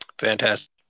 Fantastic